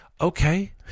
Okay